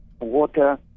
water